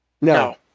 No